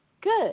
good